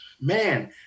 Man